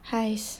!hais!